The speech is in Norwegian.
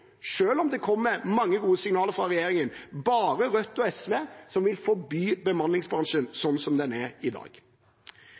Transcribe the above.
om det kommer mange gode signaler fra regjeringen – bare Rødt og SV som vil forby bemanningsbransjen